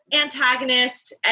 antagonist